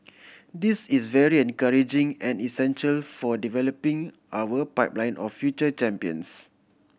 this is very encouraging and essential for developing our pipeline of future champions